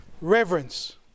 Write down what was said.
reverence